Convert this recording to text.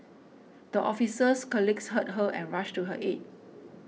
the officer's colleagues heard her and rushed to her aid